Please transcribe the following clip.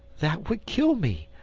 that would kill me.